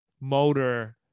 motor